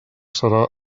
serà